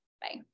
Bye